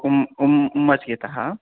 उम् उम् उम्मच्चिगे तः